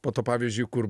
po to pavyzdžiui kur